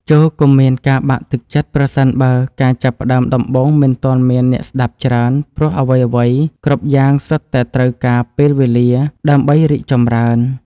ចូរកុំមានការបាក់ទឹកចិត្តប្រសិនបើការចាប់ផ្តើមដំបូងមិនទាន់មានអ្នកស្តាប់ច្រើនព្រោះអ្វីៗគ្រប់យ៉ាងសុទ្ធតែត្រូវការពេលវេលាដើម្បីរីកចម្រើន។